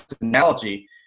analogy